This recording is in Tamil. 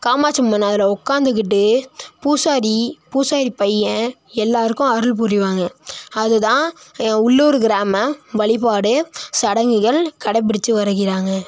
காமாட்சி அம்மன் அதில் உட்காந்துகிட்டு பூசாரி பூசாரி பையன் எல்லாருக்கும் அருள் புரிவாங்க அது தான் உள்ளூர் கிராம வழிபாடு சடங்குகள் கடைபிடிச்சு வருகிறாங்க